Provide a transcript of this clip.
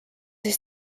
siis